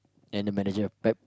and the manager of pack